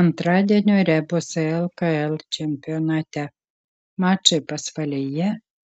antradienio rebusai lkl čempionate mačai pasvalyje